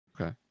Okay